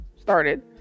started